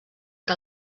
que